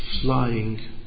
flying